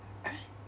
right